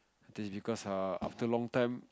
this because uh after long time